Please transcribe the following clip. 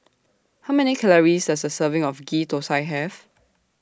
How Many Calories Does A Serving of Ghee Thosai Have